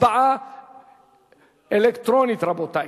הצבעה אלקטרונית, רבותי.